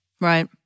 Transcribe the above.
right